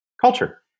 culture